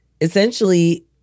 essentially